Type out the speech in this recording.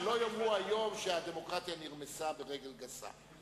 היום שהדמוקרטיה נרמסה ברגל גסה.